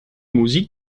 musik